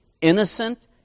innocent